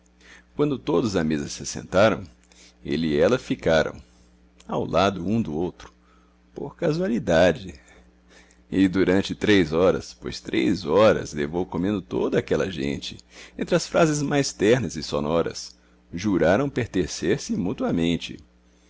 quando todos à mesa se assentaram ele e ela ficaram ao lado um do outro por casualidade e durante três horas pois três horas levou comendo toda aquela gente entre as frases mais ternas e sonoras juraram pertencer se mutuamente